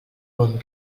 bon